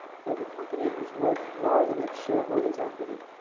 so, the company is worth more than its shareholders equity.